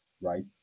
right